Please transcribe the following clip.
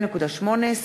2.18,